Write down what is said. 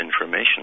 information